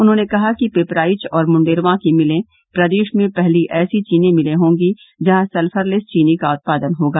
उन्होंने कहा पिपराइच व मुंडेरवा की मिलें प्रदेश में पहली ऐसी चीनी मिलें होंगी जहां सल्करलेस चीनी का उत्पादन होगा